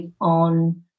on